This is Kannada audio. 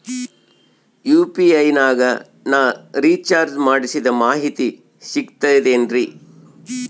ಯು.ಪಿ.ಐ ನಾಗ ನಾ ರಿಚಾರ್ಜ್ ಮಾಡಿಸಿದ ಮಾಹಿತಿ ಸಿಕ್ತದೆ ಏನ್ರಿ?